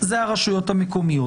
זה הרשויות המקומיות.